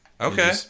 Okay